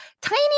tiny